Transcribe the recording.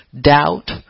doubt